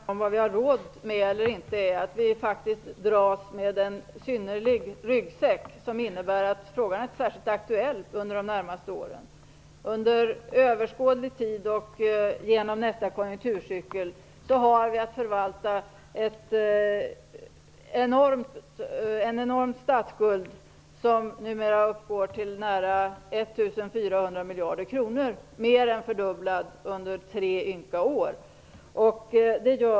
Fru talman! Problemet när det gäller frågan om vad vi har råd med är att vi dras med en synnerligen stor ryggsäck som innebär att frågan inte är särskilt aktuell under de närmaste åren. Under överskådlig tid och genom nästa konjunkturcykel har vi att förvalta en enorm statsskuld som numera uppgår till nära 1 400 miljarder kronor. Den har mer än fördubblats under tre ynka år.